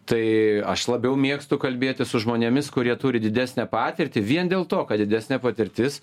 tai aš labiau mėgstu kalbėtis su žmonėmis kurie turi didesnę patirtį vien dėl to kad didesnė patirtis